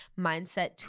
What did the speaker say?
mindset